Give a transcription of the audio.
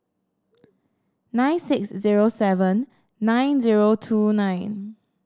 nine six zero seven nine zero two nine